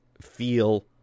feel